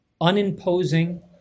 unimposing